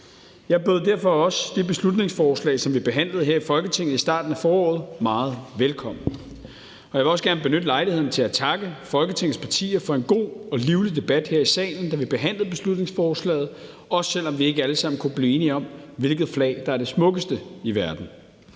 Jeg bød derfor også det beslutningsforslag, som vi behandlede her i Folketinget i starten af foråret, meget velkommen. Jeg vil også gerne benytte lejligheden til at takke Folketingets partier for en god og livlig debat her i salen, da vi behandlede beslutningsforslaget, også selv om vi ikke alle sammen kunne blive enige om, hvilket flag der er det smukkeste i verden.